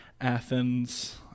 Athens